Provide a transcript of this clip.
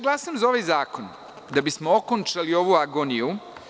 Glasam za ovaj zakon da bismo okončali ovu agoniju.